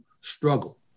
struggle